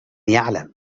يعلم